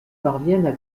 parviennent